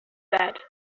said